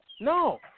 No